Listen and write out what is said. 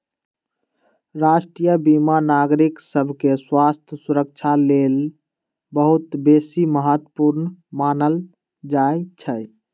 राष्ट्रीय बीमा नागरिक सभके स्वास्थ्य सुरक्षा लेल बहुत बेशी महत्वपूर्ण मानल जाइ छइ